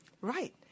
Right